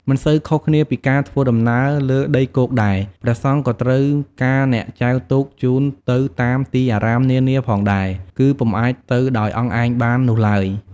មិនសូវខុសគ្នាពីការធ្វើដំណើរលើដីគោកដែរ ព្រះសង្ឃក៏ត្រូវការអ្នកចែវទូកជូនទៅតាមទីអារាមនានាផងដែរ គឺពុំអាចទៅដោយអង្គឯងបាននោះឡើយ។